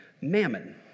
mammon